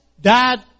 died